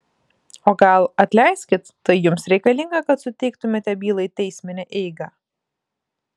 o gal atleiskit tai jums reikalinga kad suteiktumėte bylai teisminę eigą